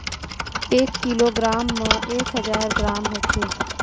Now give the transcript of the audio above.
एक किलोग्राम म एक हजार ग्राम होथे